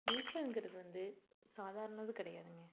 நீச்சல்ங்கிறது வந்து சாதாரணது கிடையாதுங்க